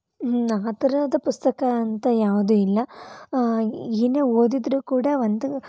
ಆ ಥರದ ಪುಸ್ತಕ ಅಂತ ಯಾವುದೂ ಇಲ್ಲ ಏನೇ ಓದಿದ್ರೂ ಕೂಡ ಒಂದು